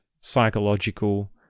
psychological